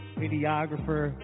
videographer